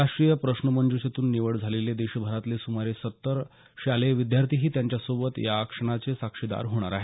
राष्ट्रीय प्रश्नमंज्षेतून निवड झालेले देशभरातले सुमारे सत्तर शालेय विद्यार्थीही त्यांच्या सोबत या क्षणाचे साक्षीदार होणार आहेत